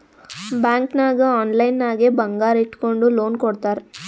bank ನಾಗ್ online ನಾಗೆ ಬಂಗಾರ್ ಇಟ್ಗೊಂಡು ಲೋನ್ ಕೊಡ್ತಾರ್